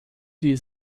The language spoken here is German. die